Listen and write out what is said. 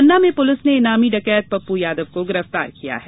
पन्ना में पुलिस ने इनामी डकैत पप्पू यादव को गिरफ्तार किया है